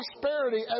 prosperity